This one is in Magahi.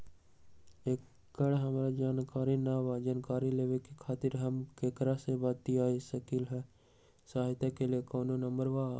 एकर हमरा जानकारी न बा जानकारी लेवे के खातिर हम केकरा से बातिया सकली ह सहायता के कोनो नंबर बा?